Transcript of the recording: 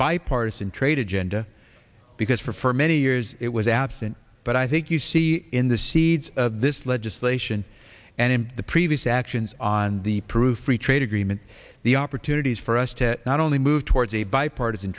bipartisan trade agenda because for many years it was absent but i think you see in the seeds of this legislation and the previous actions on the proof free trade agreement the opportunities for us to not only move towards a bipartisan